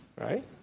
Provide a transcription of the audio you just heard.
right